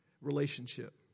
relationship